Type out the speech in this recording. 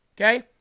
Okay